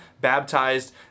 baptized